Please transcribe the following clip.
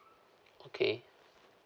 okay